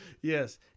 Yes